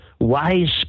wise